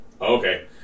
Okay